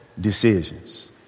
decisions